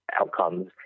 outcomes